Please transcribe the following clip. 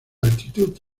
altitud